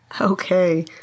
Okay